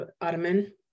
ottoman